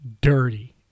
dirty